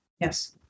Yes